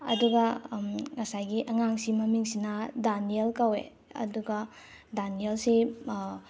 ꯑꯗꯨꯒ ꯉꯁꯥꯏꯒꯤ ꯑꯉꯥꯡꯁꯤꯒꯤ ꯃꯃꯤꯡꯁꯤꯅ ꯗꯥꯅꯦꯜ ꯀꯧꯋꯦ ꯑꯗꯨꯒ ꯗꯥꯅꯦꯜꯁꯦ